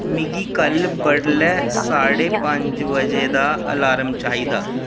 मिगी कल्ल बडलै साढे पंज बजे दा अलार्म चाहिदा